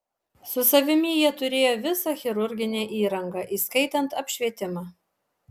su savimi jie turėjo visą chirurginę įrangą įskaitant apšvietimą